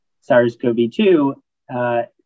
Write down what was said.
SARS-CoV-2